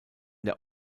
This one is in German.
der